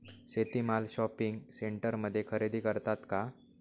शेती माल शॉपिंग सेंटरमध्ये खरेदी करतात का?